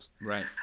right